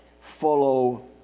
follow